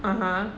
(uh huh)